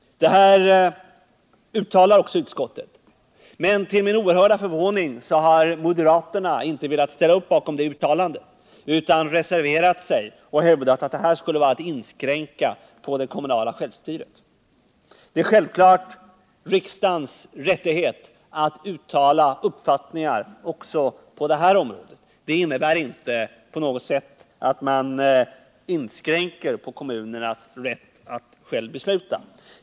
Detta uttalar också utskottet. Men till min oerhörda förvåning har moderaterna inte velat ställa upp bakom det uttalandet utan har reserverat sig. De hävdar att detta skulle vara att inskränka det kommunala självstyret. Det är självklart riksdagens rättighet att uttala uppfattningar också på detta område. Det innebär inte på något sätt att man inskränker kommunernas rätt att själva besluta.